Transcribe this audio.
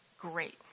great